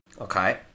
Okay